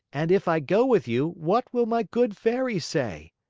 and if i go with you, what will my good fairy say?